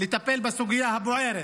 לטפל בסוגיה הבוערת